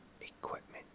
equipment